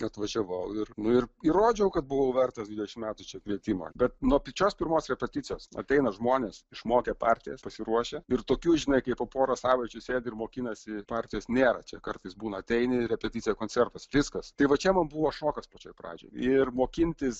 atvažiavau ir nu ir įrodžiau kad buvau vertas dvidešimt metų čia kvietimo bet nuo pačios pirmos repeticijos ateina žmonės išmokę partijas pasiruošę ir tokių žinai kai po poros savaičių sėdi ir mokinasi partijos nėra čia kartais būna ateini repeticija koncertas viskas tai va čia man buvo šokas pačioj pradžioj ir mokintis